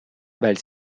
weil